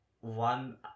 one